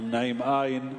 נמנעים אין.